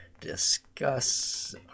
discuss